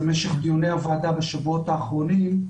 למשך דיוני הועדה בשבועות האחרונים,